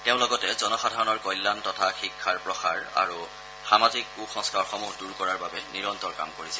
তেওঁ লগতে জনসাধাৰণৰ কল্যাণ তথা শিক্ষাৰ প্ৰসাৰ আৰু সামাজিক কু সংস্কাৰসমূহ দূৰ কৰাৰ বাবে নিৰন্তৰ কাম কৰিছিল